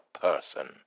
person